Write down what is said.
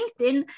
LinkedIn